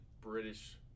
British